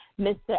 Mr